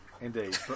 Indeed